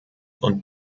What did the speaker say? und